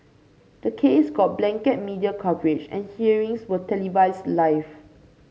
the case got blanket media coverage and hearings were televised live